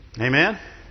Amen